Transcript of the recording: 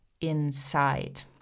inside